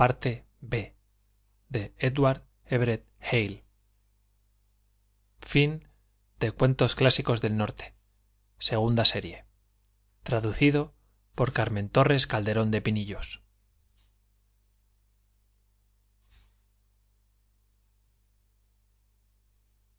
cuentos clásicos del norte segunda serie author washington irving nathaniel hawthorne edward everett hale translator carmen torres calderón de pinillos